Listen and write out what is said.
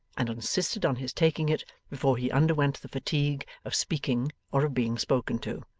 and insisted on his taking it before he underwent the fatigue of speaking or of being spoken to.